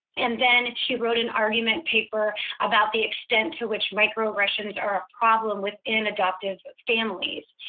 and then she wrote an argument paper about the extent to which microaggressions are a problem within adoptive families.